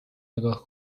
نگاه